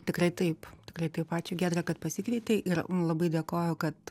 tikrai taip tikrai taip ačiū giedre kad pasikvietei ir labai dėkoju kad